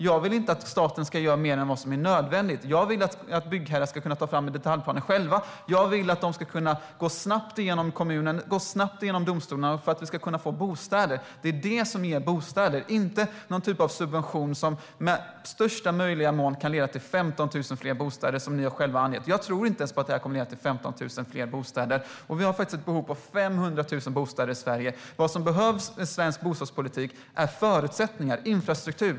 Jag vill inte att staten ska göra mer än vad som är nödvändigt. Jag vill att byggherrar själva ska kunna ta fram detaljplaner som snabbt ska gå igenom kommunen och domstolarna för att vi ska kunna få bostäder. Det är det som ger bostäder, inte någon typ av subvention som i bästa fall kan leda till 15 000 fler bostäder, som ni själva har angett. Jag tror inte att det ens kommer att leda till 15 000 fler bostäder. Vi har faktiskt ett behov av 500 000 bostäder i Sverige. Vad som behövs i svensk bostadspolitik är förutsättningar och infrastruktur.